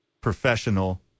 professional